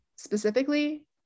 specifically